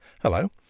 Hello